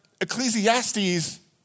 Ecclesiastes